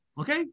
Okay